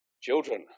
Children